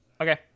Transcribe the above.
Okay